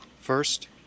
First